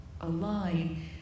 align